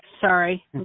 Sorry